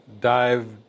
dive